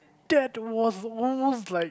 that was almost like